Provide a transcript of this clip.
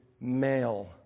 male